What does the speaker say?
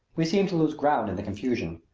we seemed to lose ground in the confusion,